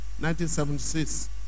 1976